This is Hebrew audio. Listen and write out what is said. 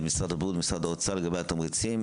משרד הבריאות ואת משרד האוצר לגבי התמריצים.